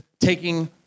taking